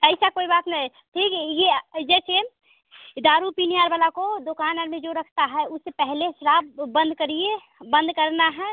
ऐसा कोई बात नहीं ठीक है यह जे चैन यह दारू पीने और वाला को दोकान और में जो रखता है उसे पहले शराब बंद करिए बंद करना है